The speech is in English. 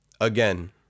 again